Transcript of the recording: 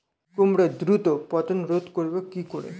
কুমড়োর দ্রুত পতন রোধ করব কি করে?